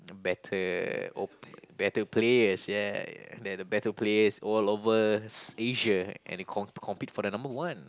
better oppo~ better players yeah that the better players all over s~ Asia and they com~ compete for the number one